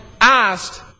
asked